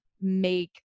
make